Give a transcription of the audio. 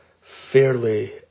fairly